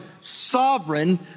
sovereign